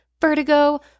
vertigo